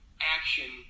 action